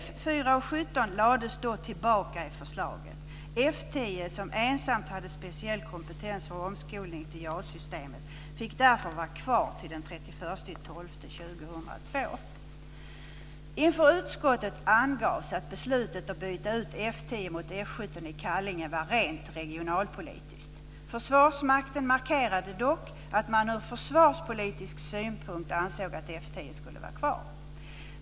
F 4 och F 17 lades då tillbaka i förslaget. Försvarsmakten markerade dock att man ur försvarspolitisk synpunkt ansåg att F10 skulle vara kvar.